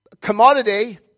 commodity